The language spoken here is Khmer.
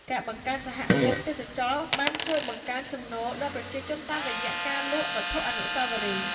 ការបង្កើតសហគមន៍ទេសចរណ៍បានជួយបង្កើនចំណូលដល់ប្រជាជនតាមរយៈការលក់វត្ថុអនុស្សាវរីយ៍។